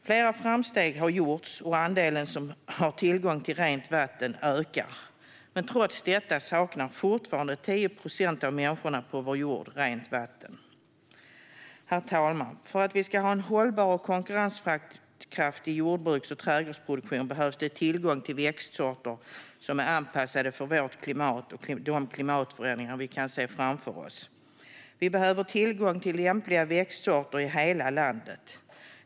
Flera framsteg har gjorts, och andelen som har tillgång till rent vatten ökar. Men trots det saknar fortfarande 10 procent av människorna på vår jord tillgång till rent vatten. Herr talman! För att vi ska ha en hållbar och konkurrenskraftig jordbruks och trädgårdsproduktion behöver vi ha tillgång till växtsorter som är anpassade till vårt klimat och de klimatförändringar vi kan se framför oss. Vi behöver tillgång till lämpliga växtsorter i hela landet.